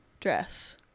dress